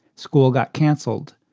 school got canceled.